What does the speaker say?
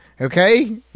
Okay